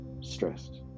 Stressed